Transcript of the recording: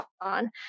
on